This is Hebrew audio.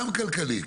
גם כלכלית,